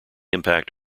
impact